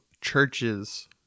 churches